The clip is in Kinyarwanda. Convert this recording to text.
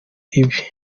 ibibi